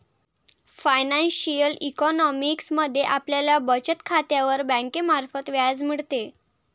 financial economics मध्ये आपल्याला बचत खात्यावर बँकेमार्फत व्याज मिळते